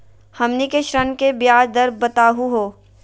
हमनी के ऋण के ब्याज दर बताहु हो?